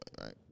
right